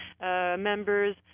members